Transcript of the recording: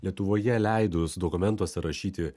lietuvoje leidus dokumentuose rašyti